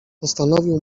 postanowił